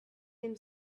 them